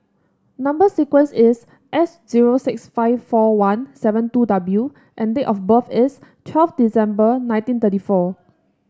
number sequence is S zero six five four one seven two W and date of birth is twelve December nineteen thirty four